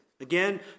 Again